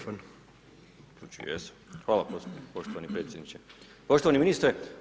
Hvala poštovani predsjedniče, poštovani ministre.